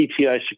PTI